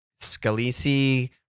Scalisi